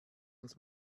uns